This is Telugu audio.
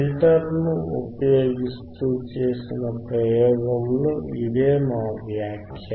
ఫిల్టర్ను ఉపయోగిస్తూ చేసిన ప్రయోగంలో ఇదే మా వ్యాఖ్య